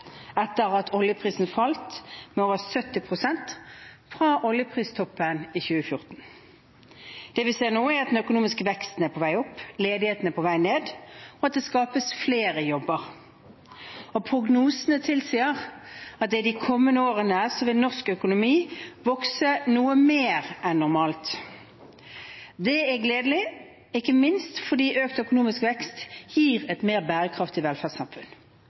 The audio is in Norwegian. etter at oljeprisen falt med over 70 pst. fra oljepristoppen i 2014. Det vi ser nå, er at den økonomiske veksten er på vei opp, at ledigheten er på vei ned, og at det skapes flere jobber. Prognosene tilsier at i de kommende årene vil norsk økonomi vokse noe mer enn normalt. Det er gledelig, ikke minst fordi økt økonomisk vekst gir et mer bærekraftig velferdssamfunn.